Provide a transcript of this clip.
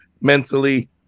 mentally